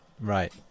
Right